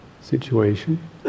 situation